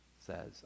says